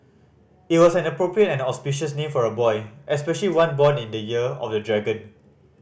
it was an appropriate and auspicious name for a boy especially one born in the year of the dragon